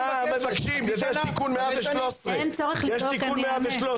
מה אתם מבקשים במסגרת התיקון 113. אין צורך לצעוק אני אענה.